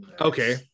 okay